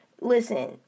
listen